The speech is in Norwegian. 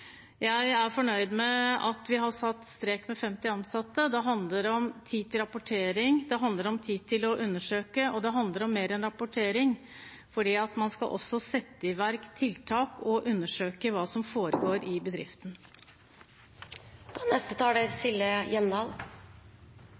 Jeg er fornøyd med at vi har satt strek ved 50 ansatte. Det handler om tid til rapportering, det handler om tid til å undersøke, og det handler om mer enn rapportering, for man også skal sette i verk tiltak og undersøke hva som foregår i bedriften. Det er